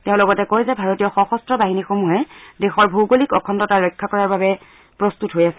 তেওঁ লগতে কয় যে ভাৰতীয় সশস্ত্ৰ বাহিনীসমূহে দেশৰ ভৌগোলিক অখণ্ডতা ৰক্ষা কৰাৰ বাবে প্ৰস্তুত হৈ আছে